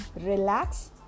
relax